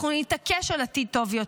אנחנו נתעקש על עתיד טוב יותר,